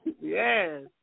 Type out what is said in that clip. Yes